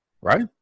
right